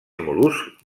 mol·luscs